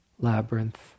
labyrinth